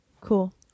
Cool